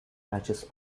matches